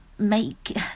make